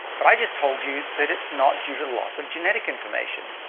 but i just told you that it's not due to the loss of genetic information,